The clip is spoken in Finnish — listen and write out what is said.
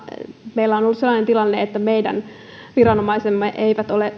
meillä on ollut sellainen tilanne että meidän turvallisuusviranomaisemme eivät ole